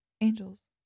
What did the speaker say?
angels